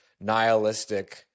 nihilistic